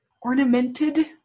ornamented